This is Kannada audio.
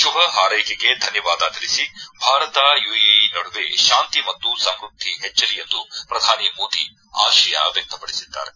ಶುಭ ಹಾರ್ಕೆಕೆಗೆ ಧನ್ನವಾದ ತಿಳಿಸಿ ಭಾರತ ಯುಎಇ ನಡುವೆ ಶಾಂತಿ ಮತ್ತು ಸಮೃದ್ಧಿ ಹೆಚ್ಚಲಿ ಎಂದು ಪ್ರಧಾನಿ ಮೋದಿ ಆಶಯ ವ್ಚಕ್ತಪಡಿಸಿದ್ದಾರೆ